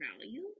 value